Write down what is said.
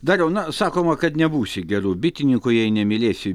dariau na sakoma kad nebūsi geru bitininku jei nemylėsi